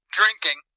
drinking